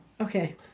okay